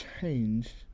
change